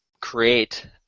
create